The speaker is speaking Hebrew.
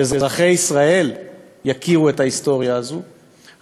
שאזרחי ישראל יכירו את ההיסטוריה הזאת,